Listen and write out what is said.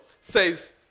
says